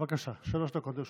לרשותך.